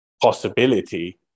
possibility